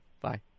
Bye